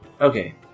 Okay